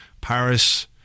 Paris